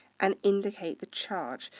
and indicate the charge.